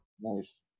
Nice